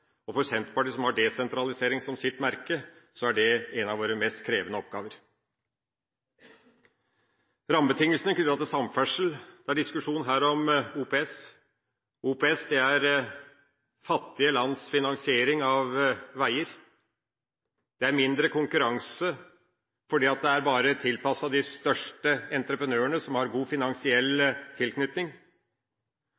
For Senterpartiet, som har desentralisering som sitt merke, er det en av våre mest krevende oppgaver. Rammebetingelsene knyttet til samferdsel: Det er diskusjon her om OPS. OPS er fattige lands finansiering av veier. Det er mindre konkurranse, for det er bare tilpasset de største entreprenørene som har god finansiell